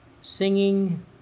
singing